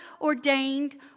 ordained